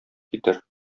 китер